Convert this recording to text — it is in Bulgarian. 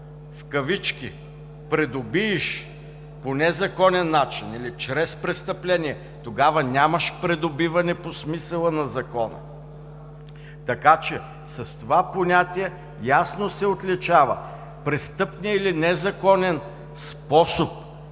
Когато „придобиеш“ по незаконен начин или чрез престъпление, тогава нямаш придобиване по смисъла на Закона. Така че с това понятие ясно се отличава престъпният или незаконен способ,